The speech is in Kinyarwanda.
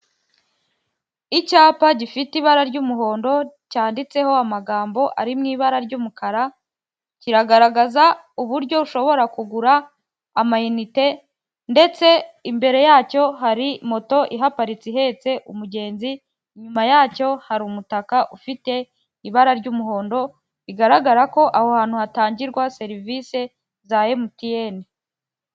Icyapa gifite ibara ry'umuhondo cyanditseho amagambo ari mu ibara ry'umukara, kiragaragaza uburyo ushobora kugura amayinite ndetse imbere yacyo hari moto ihaparitse ihetse umugenzi inyuma yacyo hari umutaka ufite ibara ry'umuhondo rigaragara ko aho hantu hatangirwa serivisi za MTN.